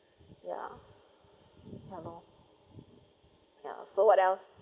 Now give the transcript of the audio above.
ya ya lor ya so what else